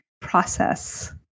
process